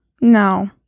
No